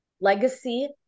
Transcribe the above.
legacy